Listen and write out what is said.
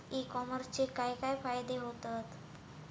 E कॉमर्सचे काय काय फायदे होतत?